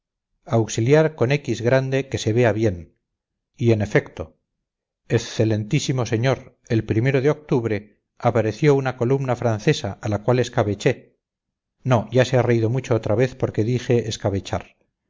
peliaguda de auxiliar al de calatayud auxiliar con x grande que se vea bien y en efecto ezcelentísimo señor el o de octubre apareció una columna francesa a la cual escabeché no ya se han reído mucho otra vez porque dije escabechar